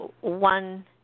one